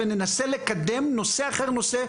וננסה לקדם נושא אחרי נושא,